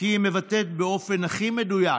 כי היא מבטאת באופן הכי מדויק